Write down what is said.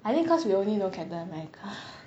I think cause we only know captain america